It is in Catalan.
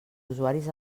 usuaris